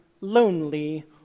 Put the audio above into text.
lonely